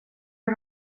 för